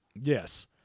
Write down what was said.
Yes